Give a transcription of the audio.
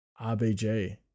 RBG